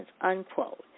unquote